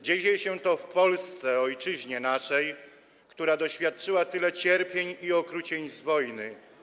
Dzieje się to w Polsce, ojczyźnie naszej, która doświadczyła tyle cierpień i okrucieństw wojny.